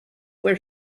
where